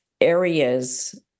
areas